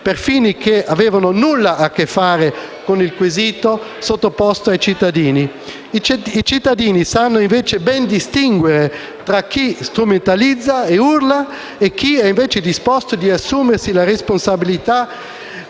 per fini che avevano nulla a che fare con il quesito sottoposto ai cittadini. I cittadini sanno, invece, ben distinguere tra chi strumentalizza e urla e chi è invece disposto ad assumersi la responsabilità